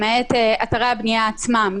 למעט אתרי הבנייה עצמם,